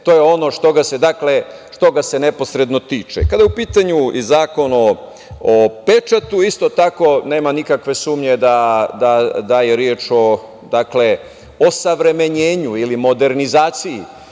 to je ono što ga se neposredno tiče. Kada je u pitanju Zakon o pečatu, isto tako nema nikakve sumnje da je reč o osavremenjenju ili modernizaciji